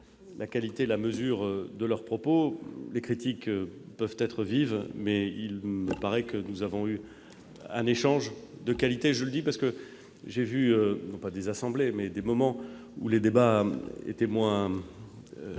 la qualité et la mesure de leurs propos. Les critiques peuvent être vives, mais il me paraît que nous avons eu un échange de qualité. Je le dis, parce que j'ai connu non pas des assemblées, mais des moments où les débats étaient moins